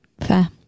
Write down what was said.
Fair